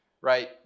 right